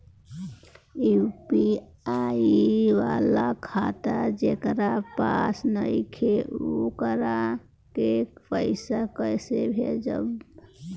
UPI वाला खाता जेकरा पास नईखे वोकरा के पईसा कैसे भेजब?